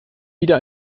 wieder